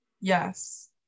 yes